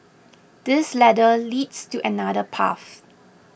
this ladder leads to another path